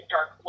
Dark